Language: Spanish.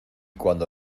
cuando